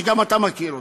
שגם אתה מכיר.